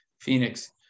Phoenix